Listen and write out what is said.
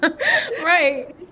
right